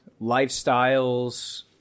lifestyles